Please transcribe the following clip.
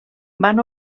van